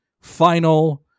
final